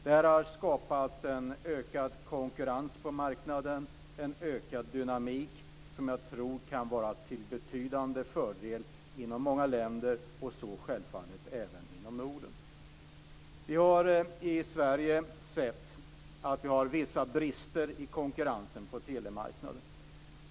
Detta har skapat en ökad konkurrens på marknaden och en ökad dynamik, som jag tror kan vara till betydande fördel inom många länder och självfallet även inom Norden. Vi har i Sverige sett att vi har vissa brister i konkurrensen på telemarknaden.